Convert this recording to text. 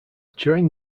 during